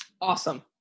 Awesome